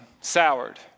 soured